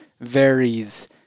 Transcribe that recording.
varies